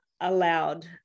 allowed